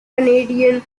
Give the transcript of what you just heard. canadian